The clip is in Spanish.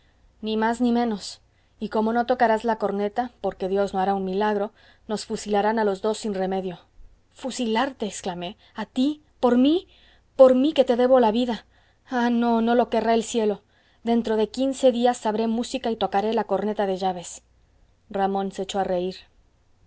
ni más ni menos y como no tocarás la corneta porque dios no hará un milagro nos fusilarán a los dos sin remedio fusilarte exclamé a ti por mí por mí que te debo la vida ah no no querrá el cielo dentro de quince días sabré música y tocaré la corneta de llaves ramón se echó a reír